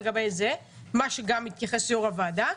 אליו גם התייחס יו"ר הוועדה,